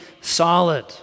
solid